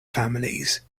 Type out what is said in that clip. families